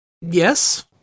Yes